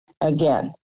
again